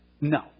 No